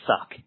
suck